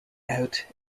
out